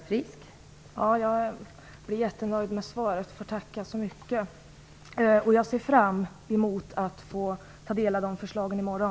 Fru talman! Jag är jättenöjd med svaret, som jag ännu en gång får tacka för. Jag ser fram mot att få ta del av förslagen i morgon.